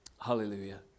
Hallelujah